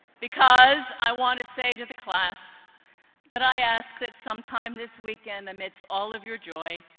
because i want to say to the class that i ask that sometime this week and amidst all of your joy,